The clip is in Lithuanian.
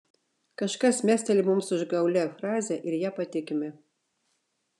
kažkas mesteli mums užgaulią frazę ir ja patikime